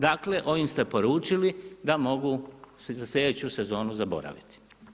Dakle ovim ste poručili da mogu sljedeću sezonu zaboraviti.